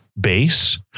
base